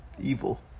Evil